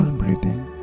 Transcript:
breathing